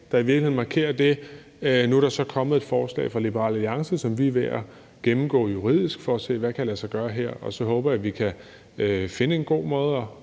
der i virkeligheden markerer det. Nu er der så kommet et forslag fra Liberal Alliance, som vi er ved at gennemgå juridisk for at se, hvad der kan lade sig gøre her. Og så håber jeg, at vi kan finde en god måde at